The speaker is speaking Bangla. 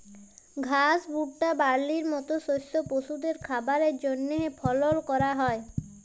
ঘাস, ভুট্টা, বার্লির মত শস্য পশুদের খাবারের জন্হে ফলল ক্যরা হ্যয়